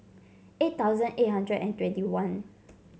eight thousand eight hundred and twenty one